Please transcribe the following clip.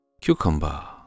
cucumber